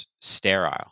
sterile